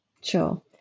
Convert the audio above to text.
Sure